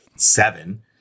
seven